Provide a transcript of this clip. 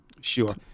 Sure